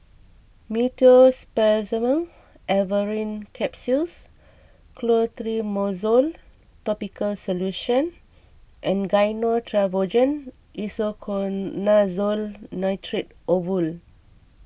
Meteospasmyl Alverine Capsules Clotrimozole Topical Solution and Gyno Travogen Isoconazole Nitrate Ovule